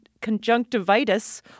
conjunctivitis